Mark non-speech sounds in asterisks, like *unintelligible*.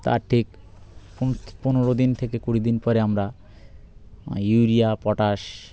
তার ঠিক *unintelligible* পনেরো দিন থেকে কুড়ি দিন পরে আমরা ইউরিয়া পটাশ